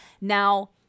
Now